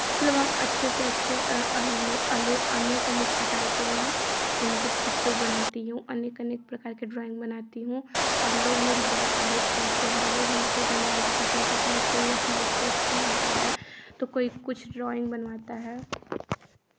मतलब हम अच्छे से अच्छे मतलब अले अनेक अनेक प्रकार के मैं मतलब चित्र बनाती हूँ अनेक अनेक प्रकार के ड्राॅइंग बनाती हूँ और लोग मेरी बहुत तारीफ करते हैं लोग हमसे बनवाना पसन्द करते हैं कोई अपना स्केच बनवाता है तो कोई कुछ ड्राॅइंग बनवाता है